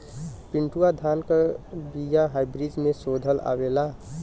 चिन्टूवा धान क बिया हाइब्रिड में शोधल आवेला?